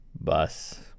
bus